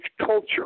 culture